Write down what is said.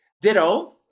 Ditto